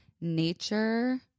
nature